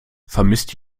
vermisst